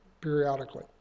periodically